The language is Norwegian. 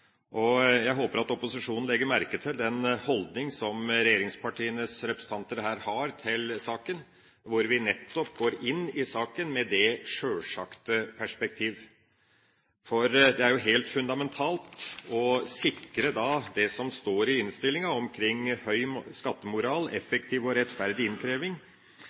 flest. Jeg håper at opposisjonen legger merke til den holdning som regjeringspartienes representanter her har til saken, hvor vi nettopp går inn i saken med det sjølsagte perspektiv. For det er jo helt fundamentalt at vi når det gjelder det som står i innstillinga om høy skattemoral og en effektiv, rettferdig innkreving,